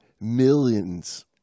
millions